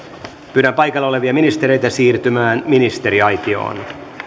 pyydän paikalla olevia ministereitä siirtymään ministeriaitioon